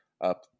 up